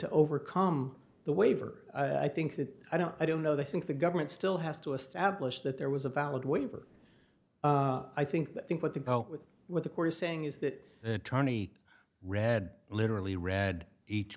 to overcome the waiver i think that i don't i don't know that i think the government still has to establish that there was a valid waiver i think i think what the go with what the court is saying is that the attorney read literally read each